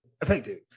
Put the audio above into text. effective